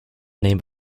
name